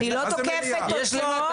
אני לא תוקפת אותו,